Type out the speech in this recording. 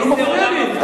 אבל הוא מפריע לי.